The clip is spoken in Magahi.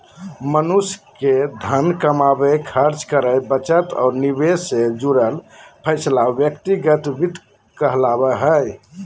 मनुष्य के धन कमावे, खर्च करे, बचत और निवेश से जुड़ल फैसला व्यक्तिगत वित्त कहला हय